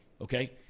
okay